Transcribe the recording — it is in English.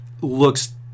looks